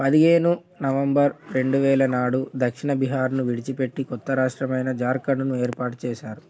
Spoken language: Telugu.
పదిహేను నవంబర్ రెండువేల నాడు దక్షిణ బీహార్ను విడిచిపెట్టి కొత్త రాష్ట్రమైన జార్ఖండ్ను ఏర్పాటు చేశారు